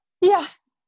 Yes